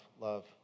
love